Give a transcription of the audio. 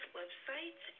website